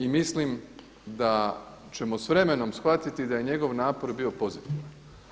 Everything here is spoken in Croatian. I mislim da ćemo s vremenom shvatiti da je njegov napor bio pozitivan.